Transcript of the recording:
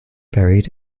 buried